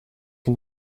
can